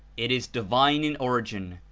it is divine in origin,